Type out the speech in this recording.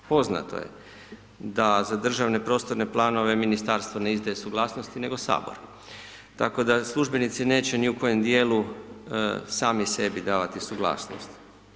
Poznato je da za državne prostorne planove Ministarstvo ne izdaje suglasnosti, nego Sabor, tako da službenici neće ni u kojem dijelu sami sebi davati suglasnost.